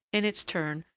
in its turn,